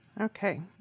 Okay